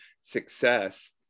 success